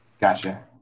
gotcha